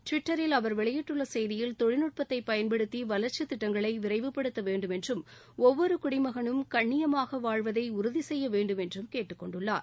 ட்விட்டரில் அவர் வெளியிட்டுள்ள செய்தியில் தொழில்நுட்பத்தை பயன்படுத்தி வளர்ச்சித் திட்டங்களை விரைவுப்படுத்த வேண்டும் என்றும் ஒவ்வொரு குடிமகனும் கண்ணியமாக வாழ்வதை உறுதி செய்ய வேண்டும என்றும் கேட்டுக்கொண்டுள்ளார்